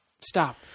stop